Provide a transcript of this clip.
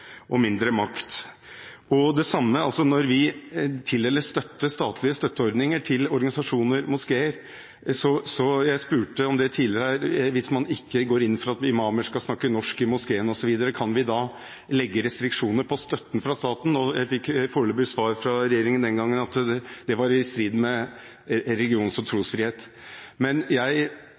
og mindre makt. Det samme gjelder når vi tildeler statlig støtte til organisasjoner og moskeer. Jeg har tidligere spurt her om vi kan legge restriksjoner på støtten fra staten, uten at man går inn for at imamer skal snakke norsk i moskeen, osv. Jeg fikk et foreløpig svar fra regjeringen den gangen om at det var i strid med religions- og trosfriheten. Jeg mener at det egentlig ikke har noe med religions- og trosfrihet